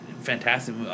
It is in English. fantastic